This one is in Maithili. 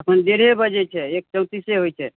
अखन ड़ेढे बजै छै एक चौंतीसे होइ छै